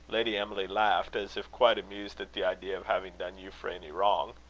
lady emily laughed, as if quite amused at the idea of having done euphra any wrong.